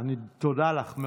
תודה לך.